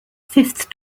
fifth